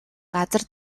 газар